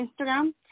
Instagram